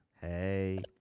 Hey